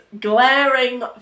glaring